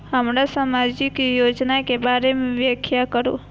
हमरा सामाजिक योजना के बारे में व्याख्या करु?